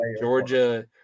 Georgia